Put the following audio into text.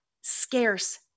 scarce